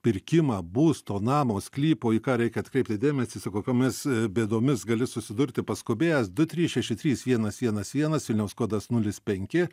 pirkimą būsto namo sklypo į ką reikia atkreipti dėmesį su kokiomis bėdomis gali susidurti paskubėjęs du trys šeši trys vienas vienas vienas vilniaus kodas nulis penki